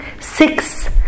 six